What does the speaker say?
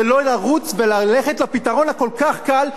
זה לא לרוץ וללכת לפתרון הכל-כך קל,